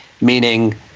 meaning